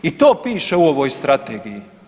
I to piše u ovoj strategiji.